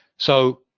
so,